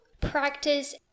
practice